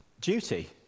duty